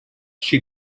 she